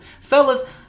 Fellas